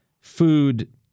food